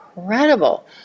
incredible